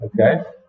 Okay